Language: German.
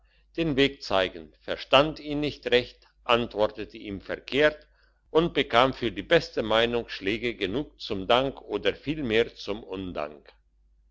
den weg zeigen verstand ihn nicht recht antwortete ihm verkehrt und bekam für die beste meinung schläge genug zum dank oder vielmehr zum undank